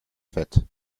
fett